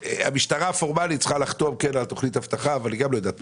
המשטרה פורמלית צריכה לחתום על תכנית אבטחה אבל היא גם לא יודעת.